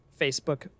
Facebook